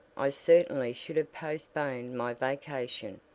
i certainly should have postponed my vacation.